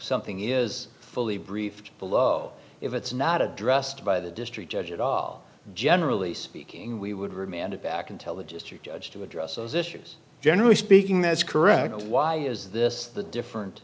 something is fully briefed below if it's not addressed by the district judge at all generally speaking we would remand it back until the just your judge to address those issues generally speaking that's correct why is this the different